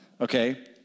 Okay